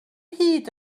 hyd